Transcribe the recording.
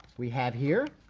we have here,